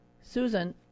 Susan